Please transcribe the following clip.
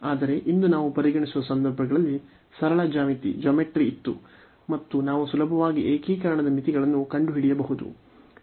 ಆದರೆ ಇಂದು ನಾವು ಪರಿಗಣಿಸಿರುವ ಸಂದರ್ಭಗಳಲ್ಲಿ ಸರಳ ಜ್ಯಾಮಿತಿ ಇತ್ತು ಮತ್ತು ನಾವು ಸುಲಭವಾಗಿ ಏಕೀಕರಣದ ಮಿತಿಗಳನ್ನು ಕಂಡುಹಿಡಿಯಬಹುದು